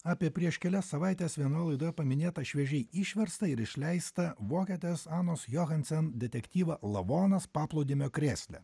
apie prieš kelias savaites vienoje laidoje paminėtą šviežiai išverstą ir išleistą vokietės anos johansen detektyvą lavonas paplūdimio krėsle